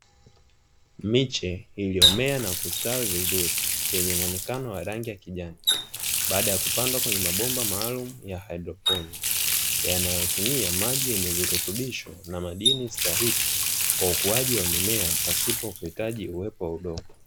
Miche iliyomea na kustawi vizuri yenye muonekano wa rangi ya kijani baada ya kupandwa kwenye mabomba maalum ya hydroponi,; yanayotumia maji yenye virutubisho na madini stahiki kwa ukuaji wa mimea pasipo kuhitaji uwepo wa udongo.